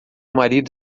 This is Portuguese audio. marido